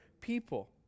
people